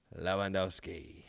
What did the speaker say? Lewandowski